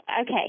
Okay